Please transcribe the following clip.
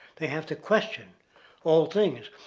they have to question all things.